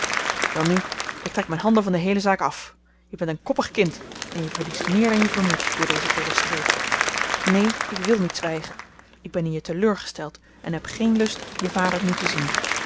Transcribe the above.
welnu ik trek mijn handen van de heele zaak af je bent een koppig kind en je verliest meer dan je vermoedt door dezen dollen streek neen ik wil niet zwijgen ik ben in je teleurgesteld en heb geen lust je vader nu te zien